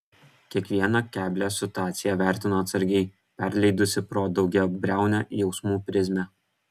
kiekvieną keblią situaciją vertino atsargiai perleidusi pro daugiabriaunę jausmų prizmę